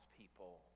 people